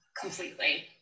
completely